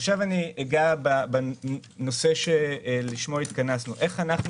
עכשיו אגע בנושא שלשמו התכנסנו: איך אנחנו